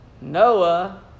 Noah